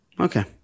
Okay